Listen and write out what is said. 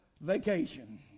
vacation